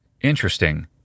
Interesting